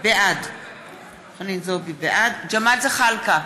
בעד ג'מאל זחאלקה,